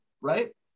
right